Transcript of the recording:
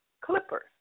Clippers